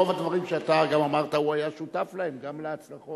רוב הדברים שאמרת, הוא היה שותף להם, גם להצלחות.